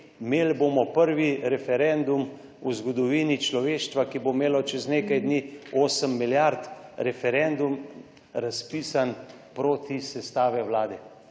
imeli bomo prvi referendum v zgodovini človeštva, ki bo imelo čez nekaj dni osem milijard, referendum razpisan proti sestavi vlade.